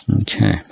Okay